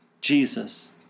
Jesus